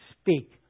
speak